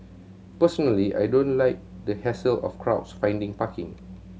personally I don't like the hassle of crowds finding parking